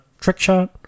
Trickshot